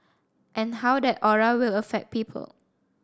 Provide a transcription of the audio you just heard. and how that aura will affect people